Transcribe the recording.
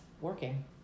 working